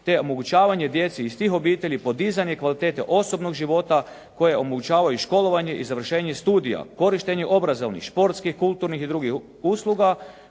te omogućavanje djeci iz tih obitelji podizanje kvalitete osobnog života koje omogućavaju školovanje i završenje studija, korištenje obrazovnih, športskih, kulturnih i drugih usluga